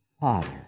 Father